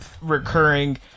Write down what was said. recurring